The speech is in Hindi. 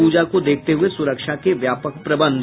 पूजा को देखते हुये सुरक्षा के व्यापक प्रबंध